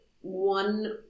one